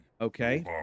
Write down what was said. okay